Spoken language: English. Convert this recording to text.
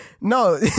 No